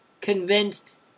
convinced